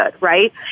right